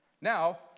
Now